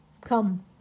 come